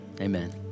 amen